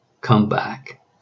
comeback